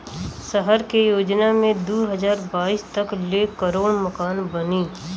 सहर के योजना मे दू हज़ार बाईस तक ले करोड़ मकान बनी